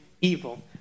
evil